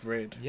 Red